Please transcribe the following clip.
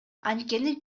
анткени